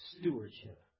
stewardship